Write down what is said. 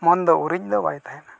ᱢᱚᱱ ᱫᱚ ᱩᱨᱤᱡ ᱫᱚ ᱵᱟᱭ ᱛᱟᱦᱮᱱᱟ